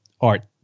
art